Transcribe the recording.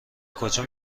کجا